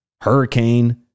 hurricane